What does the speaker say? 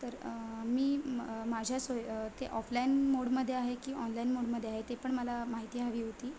तर मी माझ्या सोय ते ऑफलाईन मोडमध्ये आहे की ऑनलाईन मोडमध्ये आहे ते पण मला माहिती हवी होती